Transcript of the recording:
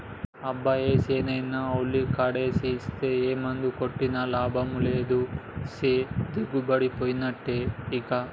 అబ్బో ఏసేనైనా ఉల్లికాడేసి ఇస్తే ఏ మందు కొట్టినా లాభం లేదు సేను దిగుబడిపోయినట్టే ఇంకా